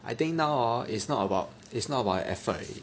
I think now hor is not about it's about your effort already